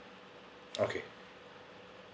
okay